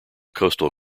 coastal